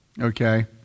Okay